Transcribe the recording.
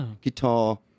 guitar